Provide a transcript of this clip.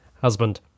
husband